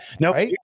No